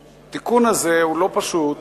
התיקון הזה הוא לא פשוט